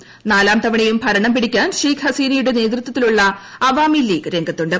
്നാലാം തവണയും ഭരണം പിടിക്കാൻ ഷെയ്ഖ് ഹസീനയുടെ നേതൃത്വത്തിലുള്ള അവാമി ലീഗ് രംഗത്തുണ്ട്